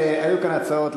עלו כאן הצעות,